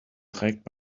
trägt